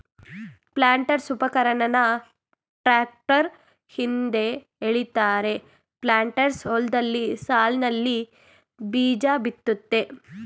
ಪ್ಲಾಂಟರ್ಸ್ಉಪಕರಣನ tractor ಹಿಂದೆ ಎಳಿತಾರೆ planters ಹೊಲ್ದಲ್ಲಿ ಸಾಲ್ನಲ್ಲಿ ಬೀಜಬಿತ್ತುತ್ತೆ